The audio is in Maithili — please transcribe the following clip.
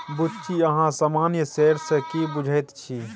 बुच्ची अहाँ सामान्य शेयर सँ की बुझैत छी?